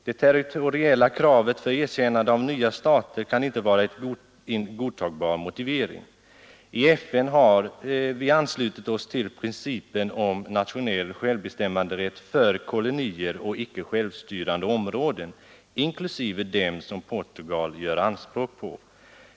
Det territoriella kravet för erkännande av nya stater kan inte vara en godtagbar motivering. I FN har vi anslutit oss till principen om nationell självbestämmanderätt för kolonier och icke-självstyrande områden, inklusive dem som Portugal gör anspråk på.